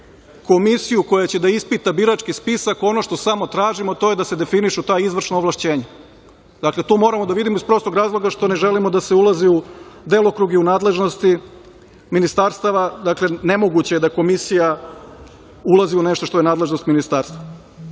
komisiju koja će da ispita birački spisak, ono što samo tražimo, a to je da se definišu ta izvršna ovlašćenja. Dakle, to moramo da vidimo iz prostog razloga što ne želimo da se ulazi u delokruge i u nadležnosti ministarstava. Dakle, nemoguće je da komisija ulazi u nešto što je nadležnost ministarstva. Tužilaštvo